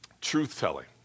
truth-telling